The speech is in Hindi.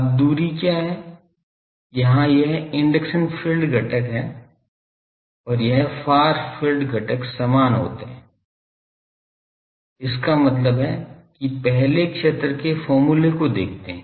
अब दूरी क्या है जहां यह इंडक्शन फील्ड घटक और यह फार फील्ड घटक समान हो जाते हैं इसका मतलब है कि पहले क्षेत्र के फॉर्मूले को देखते हैं